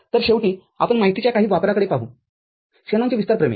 तरशेवटीआपण आपल्या माहितीच्या काही वापराकडे पाहू शेनॉनचे विस्तार प्रमेय